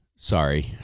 Sorry